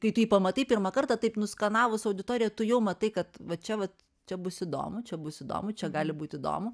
kai tu jį pamatai pirmą kartą taip nuskanavus auditoriją tu jau matai kad va čia va čia bus įdomu čia bus įdomu čia gali būt įdomu